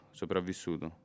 sopravvissuto